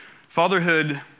Fatherhood